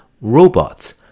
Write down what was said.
Robots